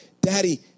daddy